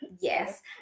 yes